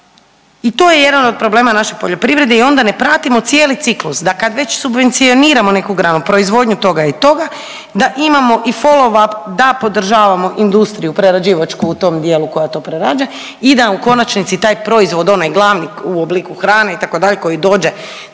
I to je jedan od problema naše poljoprivrede i onda ne pratimo cijeli ciklus da kad već subvencioniramo neku granu, proizvodnju toga i toga da imamo i follow up da podržavamo industriju prerađivačku u tom dijelu koja to prerađuje i da u konačnici taj proizvod onaj glavni u obliku hrane itd. koji dođe na